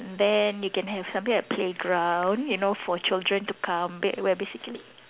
and then they can have something like playground you know for children to come ba~ where basically